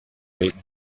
est